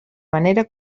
manera